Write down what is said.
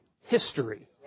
history